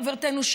חברתנו,